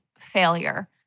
failure